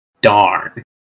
Darn